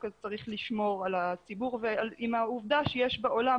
צריך לשמור על הציבור ועם העובדה שיש בעולם,